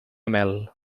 mel